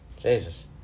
Jesus